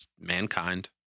mankind